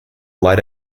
light